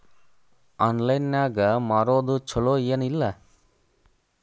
Online ನಾಗ್ ಮಾರೋದು ಛಲೋ ಏನ್ ಇಲ್ಲ?